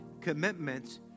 commitments